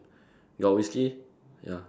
got whiskey ya